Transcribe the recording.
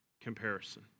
comparison